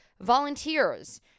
volunteers